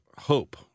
hope